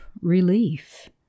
relief